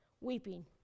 weeping